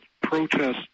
protests